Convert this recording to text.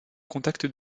contact